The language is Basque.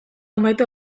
amaitu